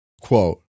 quote